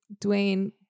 Dwayne